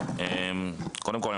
קודם כול,